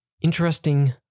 interesting